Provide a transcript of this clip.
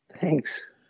Thanks